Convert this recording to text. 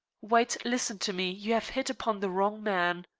white, listen to me. you have hit upon the wrong man.